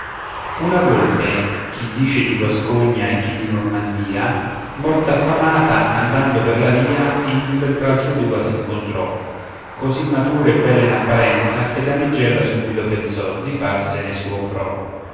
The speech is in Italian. una volpe chi dice di guascogna e chi di normandia morta affamata andando per la via in un bel tralcio d'uva s'incontrò così matura e bella in apparenza che damigella subito pensò di farsene suo pro